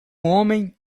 homem